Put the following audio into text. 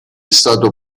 stato